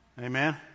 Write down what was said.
Amen